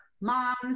moms